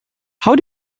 how